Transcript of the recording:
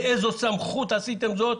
מאיזו סמכות עשיתם זאת?